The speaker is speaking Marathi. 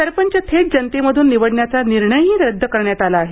सरपंच थेट जनतेमधून निवडण्याचा निर्णयही रद्द करण्यात आला आहे